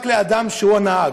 רק לאדם שהוא הנהג,